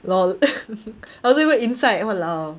LOL I wasn't even inside !walao!